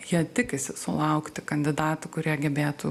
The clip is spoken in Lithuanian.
jie tikisi sulaukti kandidatų kurie gebėtų